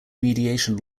mediation